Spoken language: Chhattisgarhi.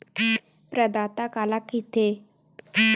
प्रदाता काला कइथे?